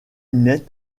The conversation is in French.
net